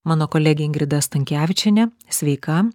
mano kolegė ingrida stankevičienė sveika